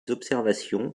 observations